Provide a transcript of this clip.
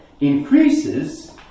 increases